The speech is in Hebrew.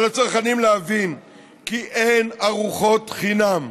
על הצרכנים להבין כי אין ארוחות חינם.